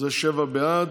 שבעה בעד,